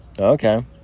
Okay